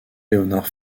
léonard